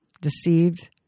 deceived